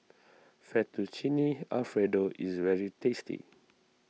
Fettuccine Alfredo is very tasty